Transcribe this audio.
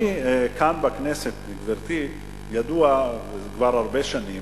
אני כאן, בכנסת, גברתי, וזה ידוע כבר הרבה שנים,